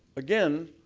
again,